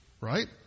Right